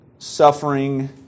suffering